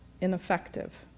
ineffective